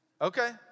Okay